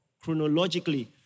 chronologically